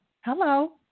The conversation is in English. hello